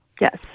yes